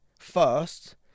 first